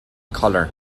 color